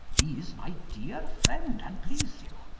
he is my deare friend, and please you